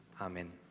Amen